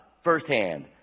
firsthand